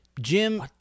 Jim